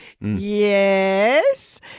yes